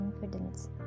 confidence